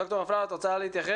דוקטור אפללו, את רוצה להתייחס?